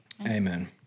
Amen